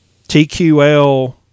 TQL